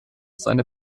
seine